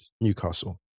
Newcastle